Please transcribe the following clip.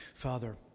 Father